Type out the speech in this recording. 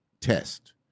test